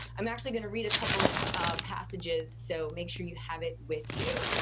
i'm actually going to read a couple of passages, so make sure you have it with you.